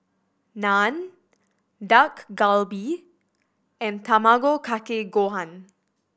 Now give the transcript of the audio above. Naan Dak Galbi and Tamago Kake Gohan